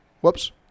Whoops